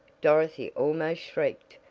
dorothy almost shrieked,